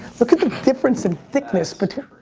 look at the difference in thickness but